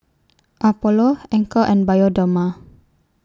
Apollo Anchor and Bioderma